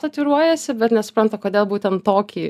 tatuiruojasi bet nesupranta kodėl būtent tokį